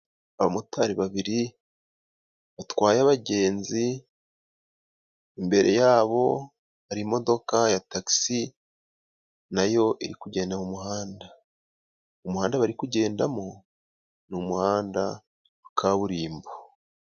Abamotari babiri batwaye abagenzi imbere yabo hari imodoka ya takisi nayo iri kugenda mu muhanda, umuhanda bari kugendamo ni umuhanda wa kaburimbo.